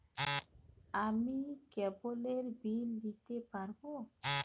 আমি কেবলের বিল দিতে পারবো?